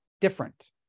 different